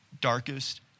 darkest